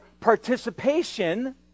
participation